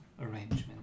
arrangement